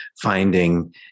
finding